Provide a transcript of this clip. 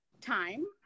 time